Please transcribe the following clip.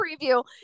preview